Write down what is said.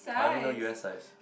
I only know u_s size